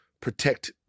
protect